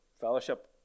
fellowship